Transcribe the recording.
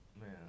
man